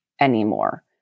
anymore